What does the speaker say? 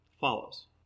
follows